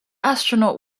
astronaut